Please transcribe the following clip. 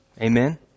Amen